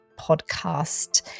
Podcast